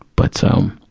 but, so um,